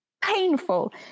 painful